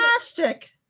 fantastic